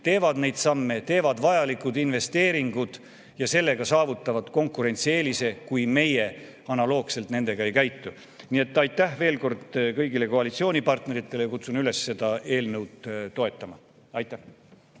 teevad neid samme, teevad vajalikke investeeringuid ja nad saavutavad sellega konkurentsieelise, kui meie ei käitu analoogselt nendega. Nii et aitäh veel kord kõigile koalitsioonipartneritele ja kutsun üles seda eelnõu toetama. Aitäh!